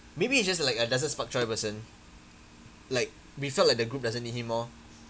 maybe he's just like uh doesn't spark joy person like we felt like the group doesn't need him lor